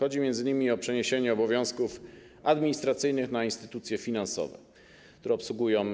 Chodzi m.in. o przeniesienie obowiązków administracyjnych na instytucje finansowe, które obsługują